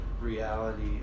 reality